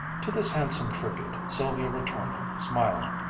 to this handsome tribute sylvia returned, smiling,